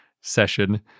session